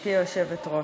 גברתי היושבת-ראש.